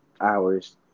hours